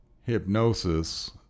Hypnosis